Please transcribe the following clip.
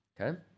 Okay